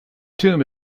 tomb